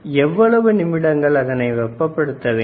எவ்வளவு நிமிடங்கள் அதனை வெப்பப்படுத்த வேண்டும்